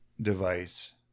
device